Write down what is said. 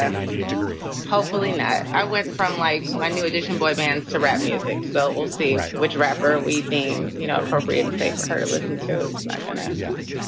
and ninety eight degrees. hopefully not. i went from like my new edition boy bands to rap music. so we'll see which rapper we deem you know appropriate and safe for her to listen to my band and yes.